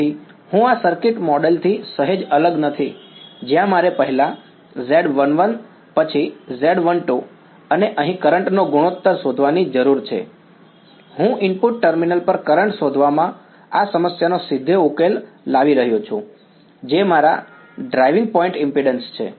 તેથી હું આ સર્કિટ મોડલથી સહેજ અલગ નથી જ્યાં મારે પહેલા Z11 પછી Z12 અને અહીં કરંટ નો ગુણોત્તર શોધવાની જરૂર છે હું ઇનપુટ ટર્મિનલ પર કરંટ શોધવામાં આ સમસ્યાનો સીધો ઉકેલ લાવી રહ્યો છું જે મારા ડ્રાઇવિંગ પોઇન્ટ ઈમ્પિડ્ન્સ છે